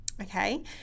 okay